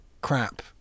crap